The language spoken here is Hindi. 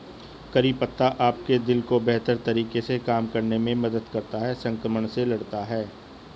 करी पत्ता आपके दिल को बेहतर तरीके से काम करने में मदद करता है, संक्रमण से लड़ता है